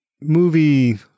movie